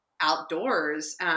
outdoors